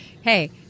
hey